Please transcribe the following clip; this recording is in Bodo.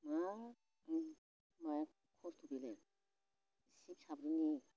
मा मा खस्थ' बेलाय बिसोर साब्रैनि